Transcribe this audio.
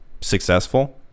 successful